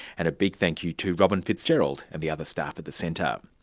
and a big thank you to robyn fitzgerald and the other staff at the centre. um